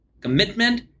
commitment